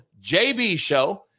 JBShow